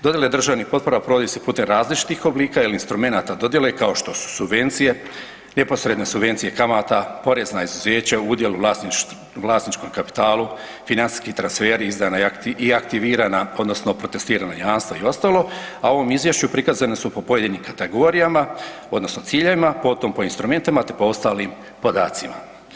Dodjele državnih potpora provode se putem različitih oblika ili instrumenata dodjele kao što su subvencije, neposredne subvencije kamata, porezna izuzeća u udjelu, vlasničkom kapitalu, financijski transferi, izdana i aktivirana odnosno protestirana jamstva i ostalo a u ovom Izvješću prikazana su po pojedinim kategorijama, odnosno ciljevima, potom po instrumentima, te po ostalim podacima.